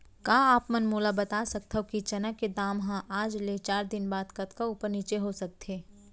का आप मन मोला बता सकथव कि चना के दाम हा आज ले चार दिन बाद कतका ऊपर नीचे हो सकथे?